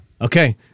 Okay